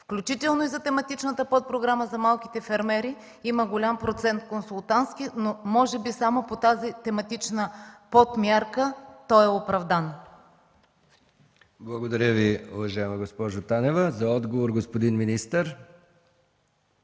Включително и за тематичната подпрограма за младите фермери има голям процент консултантски, но може би само по тази тематична подмярка това е оправдано. ПРЕДСЕДАТЕЛ МИХАИЛ МИКОВ: Благодаря Ви, уважаема госпожо Танева. За отговор – господин министър,